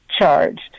charged